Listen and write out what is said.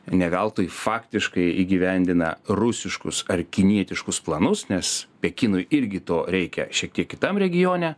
ne veltui faktiškai įgyvendina rusiškus ar kinietiškus planus nes pekinui irgi to reikia šiek tiek kitam regione